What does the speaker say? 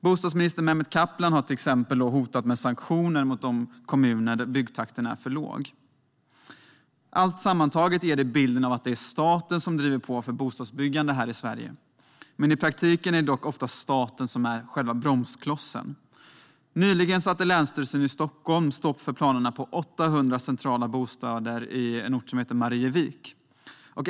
Bostadsminister Mehmet Kaplan har till exempel hotat med sanktioner mot de kommuner där byggtakten är för låg. Sammantaget ger det bilden av att det är staten som driver på för bostadsbyggande här i Sverige, men i praktiken är det ofta staten som är bromsklossen. Nyligen satte Länsstyrelsen i Stockholm stopp för planerna på 800 centrala bostäder i Marievik.